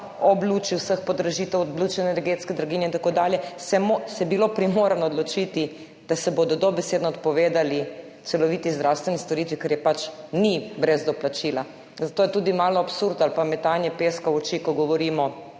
v luči vseh podražitev, v luči energetske draginje in tako dalje primorano odločiti, da se bodo dobesedno odpovedali celoviti zdravstveni storitvi, ker je pač ni brez doplačila. Zato je tudi malo absurd ali pa metanje peska v oči, ko govorimo,